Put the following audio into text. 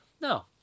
No